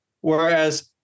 Whereas